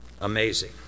Amazing